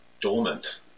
dormant